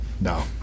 no